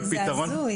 זה הזוי.